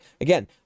again